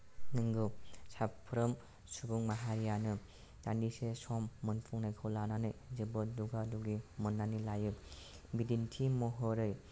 नंगौ साफ्रोम सुबुं माहारियानो दान्दिसे सम मोनफुंनायखौ लानानै जोबोद दुगा दुगि मोननानै लायो बिदिन्थि महरै